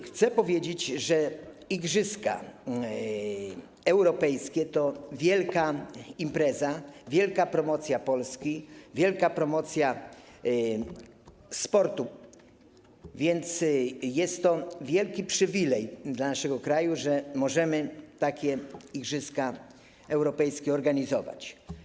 Chcę powiedzieć, że Igrzyska Europejskie to wielka impreza, wielka promocja Polski, wielka promocja sportu, więc jest to wielki przywilej dla naszego kraju, że możemy te Igrzyska Europejskie organizować.